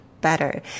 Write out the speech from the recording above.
better